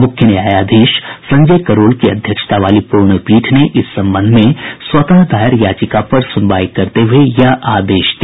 मुख्य न्यायाधीश संजय करोल की अध्यक्षता वाली खंडपीठ ने इस संबंध में स्वतः दायर याचिका पर सुनवाई करते हुए यह आदेश दिया